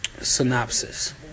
synopsis